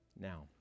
Now